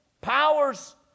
powers